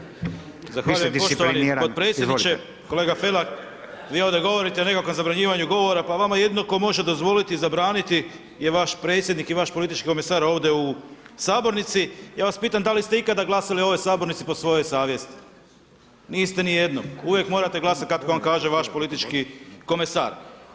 Zahvaljujem poštovani [[Upadica: Vi ste disciplinirani, izvolite.]] podpredsjedniče, kolega Felak vi ovdje govorite o nekakvom zabranjivanju govora, pa vama jedino tko može dozvoliti zabraniti je vaš predsjednik i vaš politički komesar ovdje u sabornici, ja vas pitam da li ste ikada glasali u ovoj sabornici po svojoj savjesti, niste ni jednom uvijek morate glasati kako vam kaže vaš politički komesar.